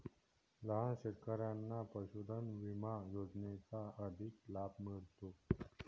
लहान शेतकऱ्यांना पशुधन विमा योजनेचा अधिक लाभ मिळतो